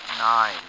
Nine